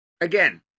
again